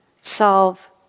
solve